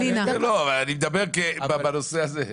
לא, אני מדבר בנושא הזה.